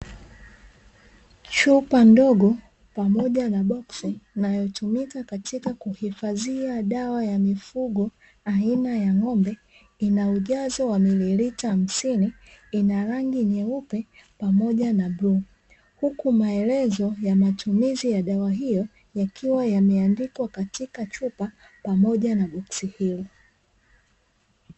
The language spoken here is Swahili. Chupa ndogo pamoja na boksi, inayotumika katika kuhifadhia dawa ya mifugo aina ya ng'ombe; ina ujazo wa mililita hamsini, ina rangi nyeupe pamoja na bluu. Juku maelezo ya matumizi ya dawa hiyo, yakiwa yameandikwa katika chupa na pamoja boksi hilo.